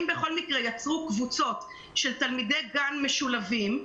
אם בכל מקרה יצרו קבוצות של תלמידי גן משולבים,